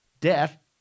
death